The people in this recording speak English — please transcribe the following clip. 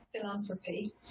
philanthropy